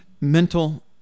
mental